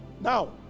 Now